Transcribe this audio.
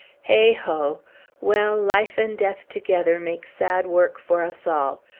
heigh-ho well, life and death together make sad work for us all!